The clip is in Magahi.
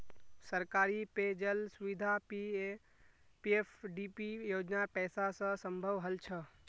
सरकारी पेय जल सुविधा पीएफडीपी योजनार पैसा स संभव हल छ